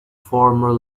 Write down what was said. former